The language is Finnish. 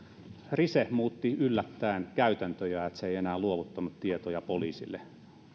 rise muutti yllättäen käytäntöjään niin että se ei enää luovuttanut tietoja poliisille